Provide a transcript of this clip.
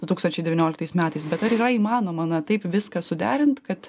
du tūkstančiai devynioliktais metais bet ar yra įmanoma na taip viską suderint kad